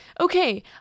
Okay